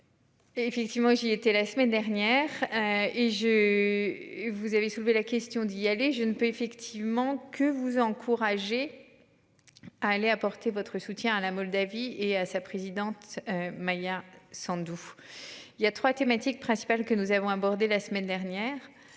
effectivement j'ai été la semaine dernière. Et je. Vous avez soulevé la question d'y aller, je ne peux efficace. Estimant que vous encourager. À aller apporter votre soutien à la Moldavie et à sa présidente. Maya Sandu. Il y a 3 thématiques principales que nous avons abordé la semaine dernière,